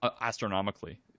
astronomically